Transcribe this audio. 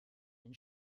den